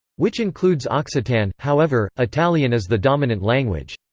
which includes occitan however, italian is the dominant language.